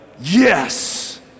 yes